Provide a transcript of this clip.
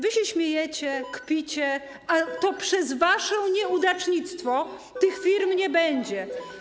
Wy się śmiejecie, kpicie, a to przez wasze nieudacznictwo tych firm nie będzie.